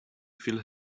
filled